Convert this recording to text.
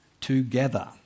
together